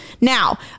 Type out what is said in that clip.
Now